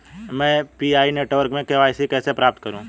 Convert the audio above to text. मैं PI network में KYC कैसे प्राप्त करूँ?